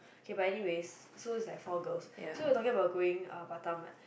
okay but anyways so is like four girls so we are talking about going um Batam [what]